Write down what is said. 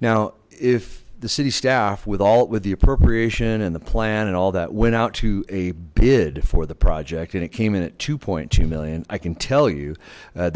now if the city staff with alt with the appropriation and the plan and all that went out to a bid for the project and it came in at two point two million i can tell you that